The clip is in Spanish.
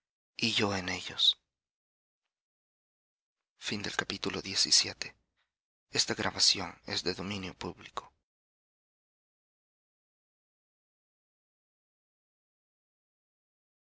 y yo en ellos